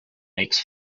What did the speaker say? makes